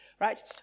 right